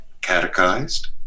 catechized